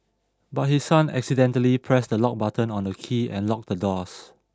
but his son accidentally pressed the lock button on the key and locked the doors